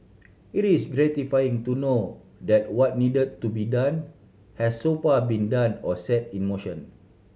it is gratifying to know that what need to be done has so far been done or set in motion